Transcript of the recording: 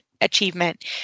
achievement